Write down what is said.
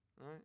Right